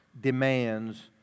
demands